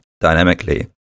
dynamically